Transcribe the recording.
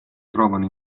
trovano